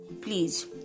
please